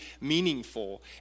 meaningful